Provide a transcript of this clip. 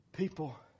People